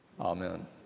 Amen